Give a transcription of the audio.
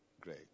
Great